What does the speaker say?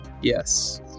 Yes